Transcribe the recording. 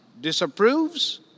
disapproves